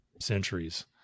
centuries